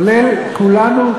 כולל כולנו,